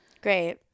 Great